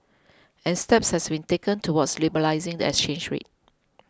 and steps have been taken towards liberalising the exchange rate